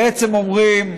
בעצם אומרות: